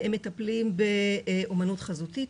הם מטפלים באומנות חזותית,